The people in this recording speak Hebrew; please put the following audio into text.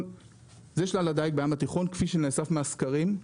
זה שלל הדיג בים התיכון כפי שנאסף מן הסקרים.